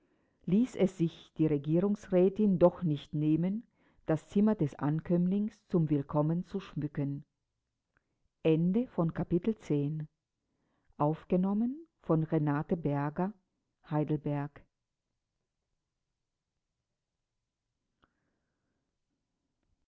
ließ es sich die regierungsrätin doch nicht nehmen das zimmer des ankömmlings zum willkommen zu schmücken